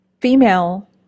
female